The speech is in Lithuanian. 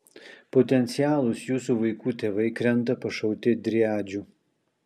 potencialūs jūsų vaikų tėvai krenta pašauti driadžių